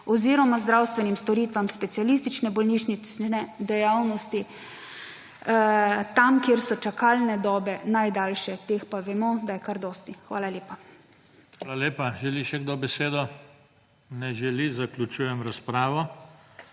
oziroma zdravstvenim storitvam specialistične bolnišnične dejavnosti tam kjer so čakalne dobe najdaljše. Teh pa vemo, da je kar dosti. Hvala lepa. **PODPREDSEDNIK JOŽE TANKO:** Hvala lepa. Želi še kdo besedo? Ne želi. Zaključujem razpravo.